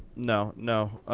no. no.